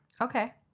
Okay